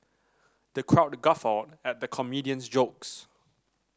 the crowd guffawed at the comedian's jokes